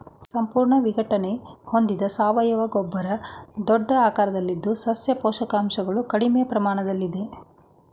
ಸಂಪೂರ್ಣ ವಿಘಟನೆ ಹೊಂದಿದ ಸಾವಯವ ಗೊಬ್ಬರ ದೊಡ್ಡ ಆಕಾರದಲ್ಲಿದ್ದು ಸಸ್ಯ ಪೋಷಕಾಂಶವು ಕಡಿಮೆ ಪ್ರಮಾಣದಲ್ಲಿದೆ